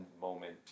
moment